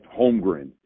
Holmgren